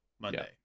Monday